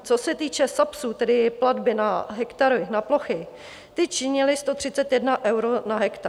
Co se týče SAPSu, tedy platby na hektary, na plochy, ty činily 131 euro na hektar.